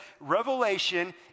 Revelation